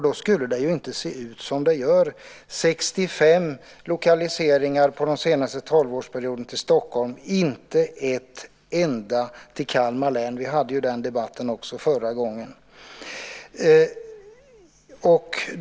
Då skulle det ju inte se ut som det gör med 65 lokaliseringar under den senaste tolvårsperioden till Stockholm och inte en enda till Kalmar län! Vi hade den debatten också förra gången.